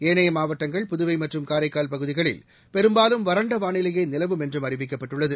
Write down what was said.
ஏனைய மாவட்டங்கள் புதுவை மற்றும் காரைக்கால் பகுதிகளில் பெரும்பாலும் வறண்ட வானிலையே நிலவும் என்றும் அறிவிக்கப்பட்டுள்ளது